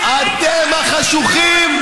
אתם החשוכים,